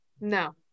No